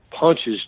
punches